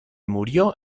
murió